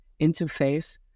interface